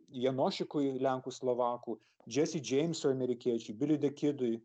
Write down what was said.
janošikui lenkų slovakų džesi džeimsui amerikiečiui biliui dekidui